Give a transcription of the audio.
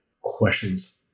questions